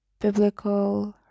biblical